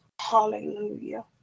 hallelujah